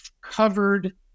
covered